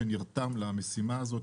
שנרתם למשימה הזאת.